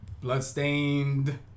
Bloodstained